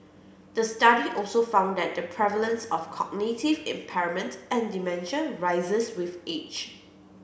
the study also found that the prevalence of cognitive impairment and dementia rises with age